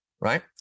right